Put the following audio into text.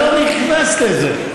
אני לא נכנס לזה.